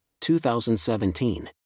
2017